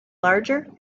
larger